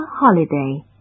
holiday